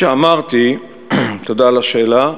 תודה על השאלה.